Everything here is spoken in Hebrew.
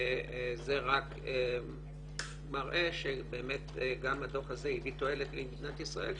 וזה רק מראה שבאמת גם הדוח הזה הביא תועלת למדינת ישראל,